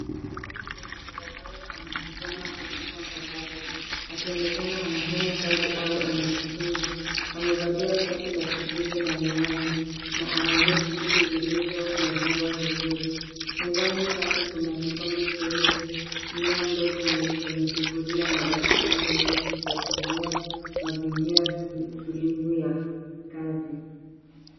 Mwanaume mwenye tabasamu anatazama kompyuta mpakato akionekana anafanya kazi au anajifunza. Amevalia shati la kijivu na miwani na ana ndevu fupi zilizonyolewa vizuri. Mezani pake kuna kikombe cheupe, mmea mdogo kwenye sufuria na daftari zote zikiashiria mazingira tulivu ya kazi.